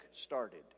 started